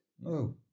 No